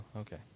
okay